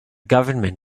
government